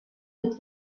mit